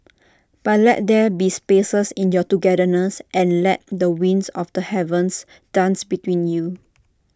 but let there be spaces in your togetherness and let the winds of the heavens dance between you